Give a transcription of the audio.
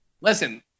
Listen